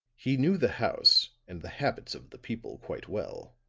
he knew the house and the habits of the people quite well.